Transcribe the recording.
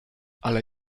ale